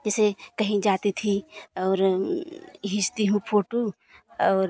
जैसे कहीं जाती थी और खींचती हूँ फोटो और